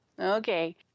Okay